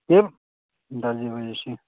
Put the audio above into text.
के दरजी बजै छी